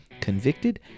convicted